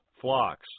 flocks